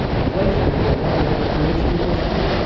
inflation is when government creates too much money,